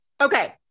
Okay